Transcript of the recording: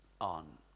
on